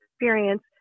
experience